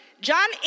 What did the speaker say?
John